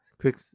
Quick